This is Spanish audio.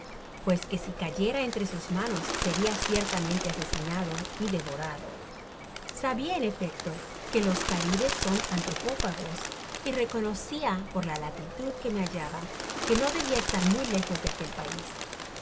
pues que si cayera entre sus manos seria ciertamente asesinado y devorado sabia en efecto que los caribes son antropófagos y reconocía por la latitud que me hallaba que no debia estar muy lejos de aquel pais